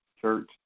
Church